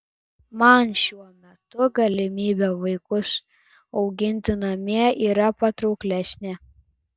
man šiuo metu galimybė vaikus auginti namie yra patrauklesnė